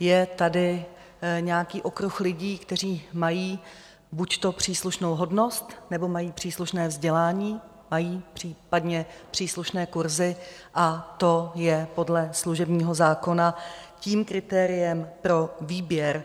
Je tady nějaký okruh lidí, kteří mají buďto příslušnou hodnost, nebo mají příslušné vzdělání, mají případně příslušné kurzy, a to je podle služebního zákona tím kritériem pro výběr,